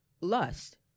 lust